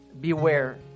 beware